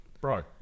bro